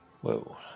Whoa